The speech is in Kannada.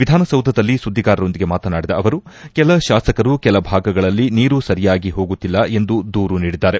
ವಿಧಾನಸೌಧದಲ್ಲಿ ಸುದ್ದಿಗಾರರೊಂದಿಗೆ ಮಾತನಾಡಿದ ಅವರು ಕೆಲಶಾಸಕರು ಕೆಲಭಾಗದಲ್ಲಿ ನೀರುಸರಿಯಾಗಿ ಹೋಗುತ್ತಿಲ್ಲವೆಂದು ದೂರು ನೀಡಿ ದ್ದಾರೆ